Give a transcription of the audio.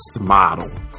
model